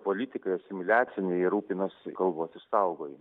politikai asimiliaciniai rūpinas kalbos išsaugojimu